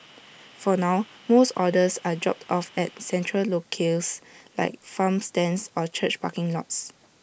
for now most orders are dropped off at central locales like farm stands or church parking lots